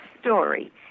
story